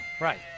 Right